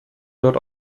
dort